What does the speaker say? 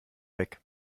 weg